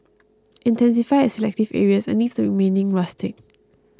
intensify at selective areas and leave the remaining rustic